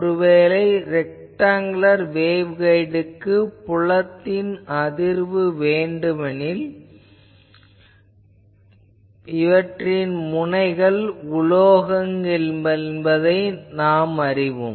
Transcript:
ஒருவேளை ஒரு ரெக்டாங்குலர் வேவ்கைடுக்கு புலத்தின் பகிர்வு வேண்டுமென்றால் இவற்றின் முனைகள் உலோகங்கள் என்பதை நாம் அறிவோம்